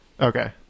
Okay